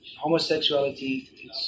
Homosexuality